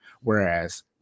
Whereas